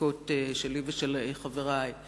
בחקיקות שלי ושל חברי.